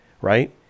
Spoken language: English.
right